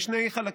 משני חלקים: